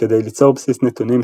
כדי ליצור בסיס נתונים,